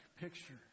picture